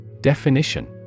Definition